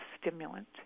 stimulant